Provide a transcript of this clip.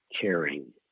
caring